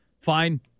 fine